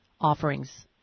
offerings